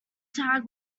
tag